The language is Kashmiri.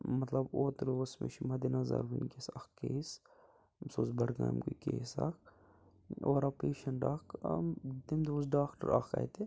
مطلب اوترٕ اوس مےٚ چھُ مدِ نَظر وُنٛکیٚس اَکھ کیس سُہ اوس بَڈٕگامکُے کیس اَکھ اورٕ آو پیشیٚنٹہٕ اَکھ آو تَمہِ دۄہ اوس ڈاکٹر اَکھ اَتہِ